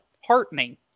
heartening